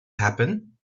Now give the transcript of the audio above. happen